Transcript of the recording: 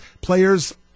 players